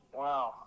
wow